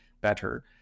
better